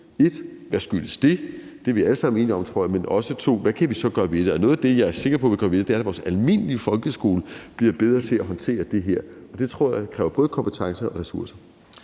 1) hvad det skyldes – det tror jeg vi alle sammen er enige om – og 2) hvad kan vi så gøre ved det? Noget af det, jeg er sikker på vi kan gøre ved det, er at sikre, at vores almindelige folkeskole bliver bedre til at håndtere det her, og det tror jeg kræver både kompetencer og ressourcer.